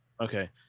Okay